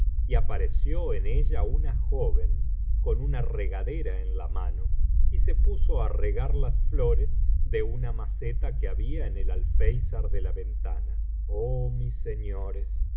y apareció en ella una joven con una regadera en la mano y se puso á regar las flores de unas macetas que había en el alféizar de la ventana oh mis señores